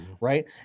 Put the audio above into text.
right